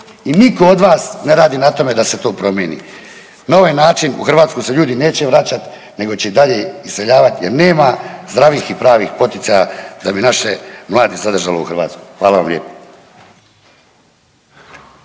i nitko od vas ne radi na tome da se to promijeni. Na ovaj način u Hrvatsku se ljudi neće vraćat nego će i dalje iseljavat jer nema zdravih i pravih poticaja da bi naše mlade zadržalo u Hrvatskoj. Hvala vam lijepo.